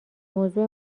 موضوع